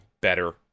better